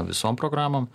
visom programom